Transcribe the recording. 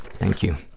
thank you.